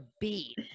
beat